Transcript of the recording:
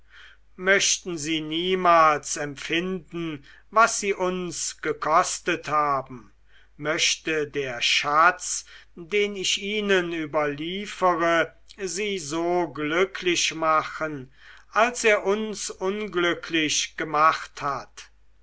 möchten sie niemals empfinden was sie uns gekostet haben möchte der schatz den ich ihnen überliefere sie so glücklich machen als er uns unglücklich gemacht hat